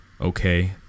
okay